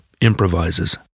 improvises